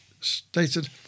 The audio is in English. stated